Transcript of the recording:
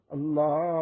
Allah